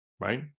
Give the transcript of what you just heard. right